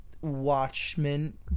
Watchmen